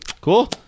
Cool